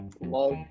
love